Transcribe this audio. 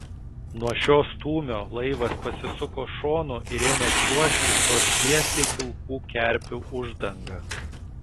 nuo šio stūmio laivas pasisuko šonu ir ėmė čiuožti pro šviesiai pilkų kerpių uždangą